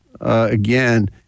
again